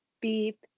beep